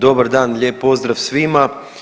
Dobar dan, lijep pozdrav svima.